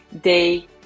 day